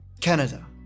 Canada